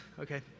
okay